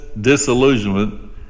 disillusionment